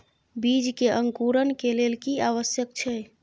बीज के अंकुरण के लेल की आवश्यक छै?